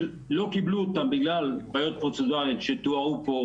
שלא קיבלו אותם בגלל בעיות פרוצדורליות שתוארו פה,